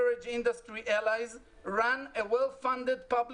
industry allies ran a well-funded public